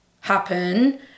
happen